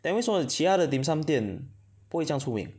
then 为什么其他的 dim sum 店不会这样出名